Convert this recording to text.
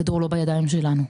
הכדור לא בידיים שלנו.